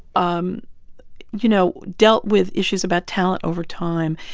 um you know, dealt with issues about talent over time.